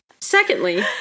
Secondly